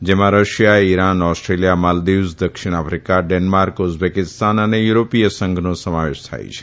જેમાં Russia Iran Australia Maldives દક્ષિણ Africa Denmark Uzbekistan અને યુરોપીયન સંઘનો સમાવેશ થાય છે